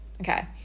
Okay